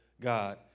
God